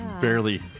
barely